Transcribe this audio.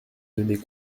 données